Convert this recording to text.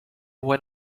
when